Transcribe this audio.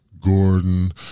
Gordon